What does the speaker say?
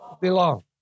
Belong